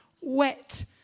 wet